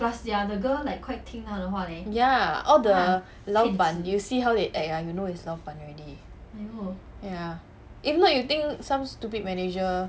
ya all the 老板 you see how they act ah you know it's 老板 already ya if not you think some stupid manager